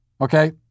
Okay